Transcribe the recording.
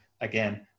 again